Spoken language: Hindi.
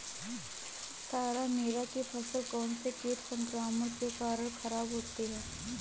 तारामीरा की फसल कौनसे कीट संक्रमण के कारण खराब होती है?